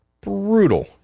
brutal